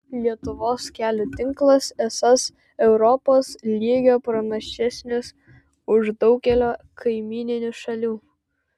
lietuvos kelių tinklas esąs europos lygio pranašesnis už daugelio kaimyninių šalių